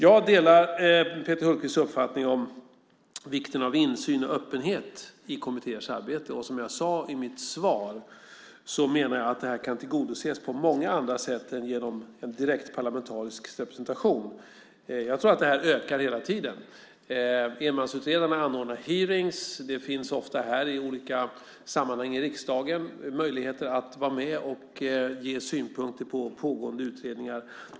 Jag delar Peter Hultqvists uppfattning om vikten av insyn och öppenhet i kommittéers arbete. Som jag sade i mitt svar menar jag att detta kan tillgodoses på många andra sätt än genom direkt parlamentarisk representation. Jag tror att detta ökar hela tiden. Enmansutredarna anordnar hearingar, och det finns ofta möjlighet att vara med i olika sammanhang i riksdagen och ge synpunkter på pågående utredningar.